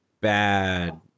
bad